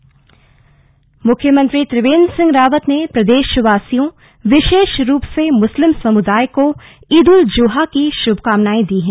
श्भकामनांए मुख्यमंत्री त्रिवेन्द्र सिंह रावत ने प्रदेशवासियों विशेष रूप से मुस्लिम समुदाय को ईद उल जुहा की श्भकामनाएं दी हैं